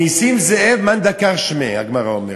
נסים זאב - מאן דכר שמיה, הגמרא אומרת.